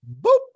boop